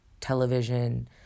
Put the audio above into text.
television